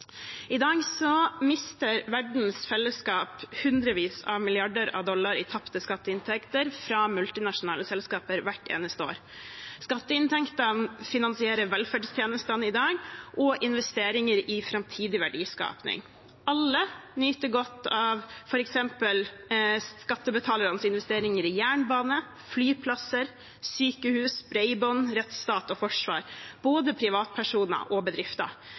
I dag mister verdens fellesskap hundrevis av milliarder av dollar i tapte skatteinntekter fra multinasjonale selskaper hvert eneste år. Skatteinntektene finansierer velferdstjenestene i dag og investeringer i framtidig verdiskaping. Alle nyter godt av f.eks. skattebetalernes investeringer i jernbane, flyplasser, sykehus, bredbånd, rettsstat og forsvar, både privatpersoner og bedrifter.